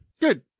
Good